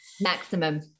maximum